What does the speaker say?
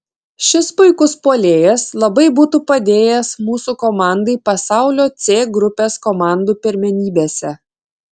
šis puikus puolėjas labai būtų padėjęs mūsų komandai pasaulio c grupės komandų pirmenybėse